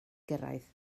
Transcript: gyrraedd